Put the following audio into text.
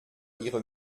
ihre